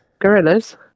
Gorillas